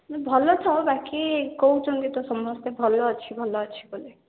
ନା ଭଲ ଥାଉ ବାକି କହୁଛନ୍ତି ତ ସମସ୍ତେ ଭଲ ଅଛି ଭଲ ଅଛି ବୋଲି